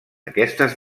aquestes